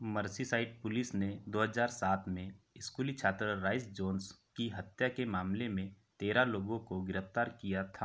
Merseyside police ने दो हज़ार सात में स्कूली छात्र राइस जोन्स की हत्या के मामले में तेरह लोगों को गिरफ़्तार किया था